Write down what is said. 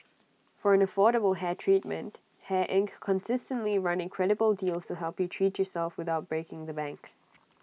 for an affordable hair treatment hair Inc constantly run incredible deals help you treat yourself without breaking the bank